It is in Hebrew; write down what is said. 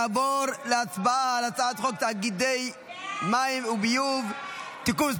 נעבור להצבעה על הצעת חוק תאגידי מים וביוב (תיקון מס'